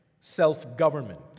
self-government